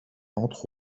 entre